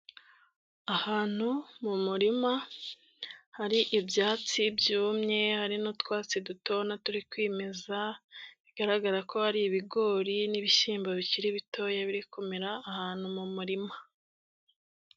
Ahantu mu murima hari ibyatsi byumye, hari n'utwatsi duto ubona turi kwimeza bigaragara ko ari ibigori n'ibishyimbo bikiri bitoya biri kwimeza ahantu mu murima.